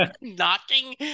knocking